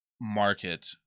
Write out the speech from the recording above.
market